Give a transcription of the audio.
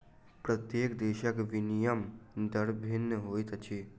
प्रत्येक देशक विनिमय दर भिन्न होइत अछि